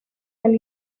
del